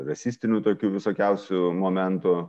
rasistinių tokių visokiausių momentų